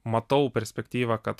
matau perspektyvą kad